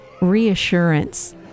reassurance